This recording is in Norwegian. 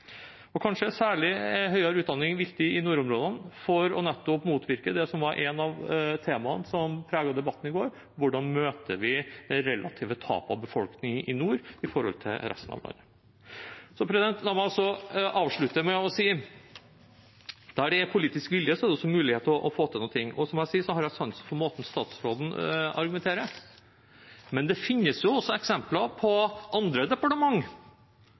Og kanskje er høyere utdanning særlig viktig i nordområdene for nettopp å motvirke det som var et av temaene som preget debatten i går: Hvordan møter vi det relative tapet av befolkningen i nord i forhold til resten av landet? La meg avslutte med å si at der det er politisk vilje, er det også mulig å få til noe, og som jeg sa, har jeg sans for måten statsråden argumenterer på. Men det finnes også eksempler på andre